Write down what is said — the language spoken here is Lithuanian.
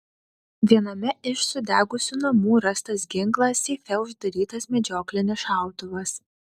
viename iš sudegusių namų rastas ginklas seife uždarytas medžioklinis šautuvas